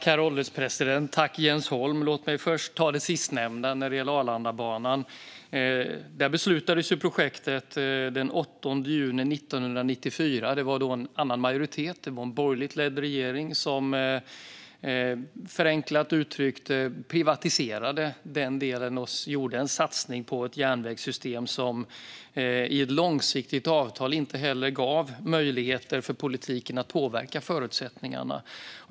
Herr ålderspresident! Låt mig först ta det sistnämnda gällande Arlandabanan. Detta projekt beslutades den 8 juni 1994. Det var då en annan majoritet. Det var en borgerligt ledd regering som, förenklat uttryckt, privatiserade denna del och gjorde en satsning på ett järnvägssystem som i ett långsiktigt avtal inte gav möjligheter för politiken att påverka förutsättningarna.